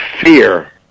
fear